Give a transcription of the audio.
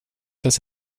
dass